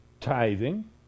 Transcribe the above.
Tithing